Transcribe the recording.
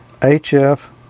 HF